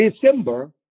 December